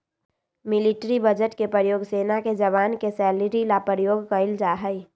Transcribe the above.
military budget के प्रयोग सेना के जवान के सैलरी ला प्रयोग कइल जाहई